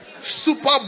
Super